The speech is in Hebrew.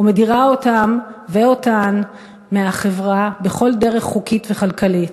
ומדירה אותם ואותן מהחברה בכל דרך חוקית וכלכלית.